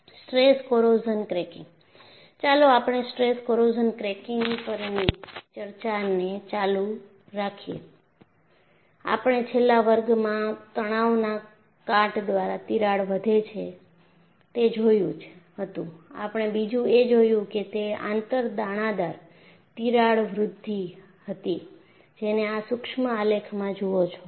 stress corrosion cracking ચાલો આપણે stress કોરોઝનકોરૂઝોન ક્રેકીંગ પરની ચર્ચાને ચાલુ રાખીએ આપણે છેલ્લા વર્ગમાં તણાવના કાટ દ્વારા તિરાડ વધે છે તે જોયુ હતું આપણે બીજું એ જોયું કે તે આંતર દાણાદાર તિરાડ વૃદ્ધિ હતી જેને આ સુક્ષ્મઆલેખમાં જુઓ છો